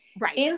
right